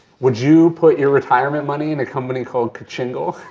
would you put your retirement money in a company called kachingle?